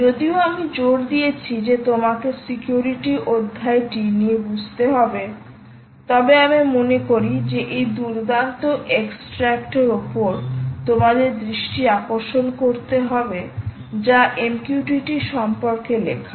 যদিও আমি জোর দিয়েছি যে তোমাকে সিকিউরিটি অধ্যায়টি নিয়ে বুঝতে হবে তবে আমি মনে করি যে এই দুর্দান্ত এক্সট্রাক্ট এর ওপর তোমাদের দৃষ্টি আকর্ষণ করতে হবে যা MQTT সম্পর্কে লেখা